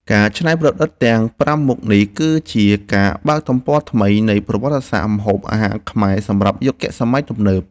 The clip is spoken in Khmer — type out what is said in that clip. ការច្នៃប្រឌិតទាំងប្រាំមុខនេះគឺជាការបើកទំព័រថ្មីនៃប្រវត្តិសាស្ត្រម្ហូបអាហារខ្មែរសម្រាប់យុគសម័យទំនើប។